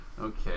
Okay